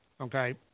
okay